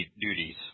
duties